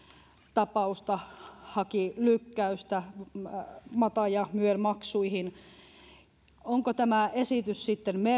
tapausta haki lykkäystä mata ja myel maksuihin onko tämä esitys sitten merkityksellinen